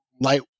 light